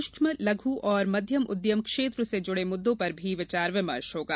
सूक्ष्म लघु और मध्यम उद्यम क्षेत्र से जुड़े मुद्दों पर भी विचार विमर्श होगा